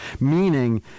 meaning